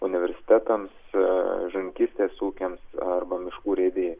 universitetams žuvininkystės ūkiams arba miškų urėdijai